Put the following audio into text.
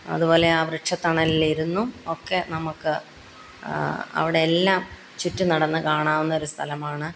അതുപോലെയാ വൃക്ഷത്തണലിരുന്നും ഒക്കെ നമുക്ക് അവടെല്ലാം ചുറ്റും നടന്നുകാണാവുന്നൊരു സ്ഥലമാണ്